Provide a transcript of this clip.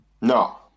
no